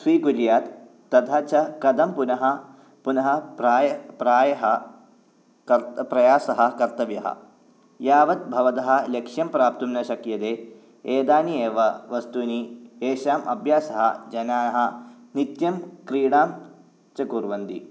स्वीकुर्वात् तथा च कथं पुनः पुनः प्राय् प्रायः कर्त् प्रयासः कर्तव्यः यावत् भवतः लक्ष्यं प्रातुं न शक्यते एतानि एव वस्तूनि येषाम् अभ्यासः जनाः नित्यं क्रीडां च कुर्वन्ति